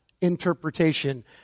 interpretation